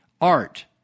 art